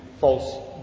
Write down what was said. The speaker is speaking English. false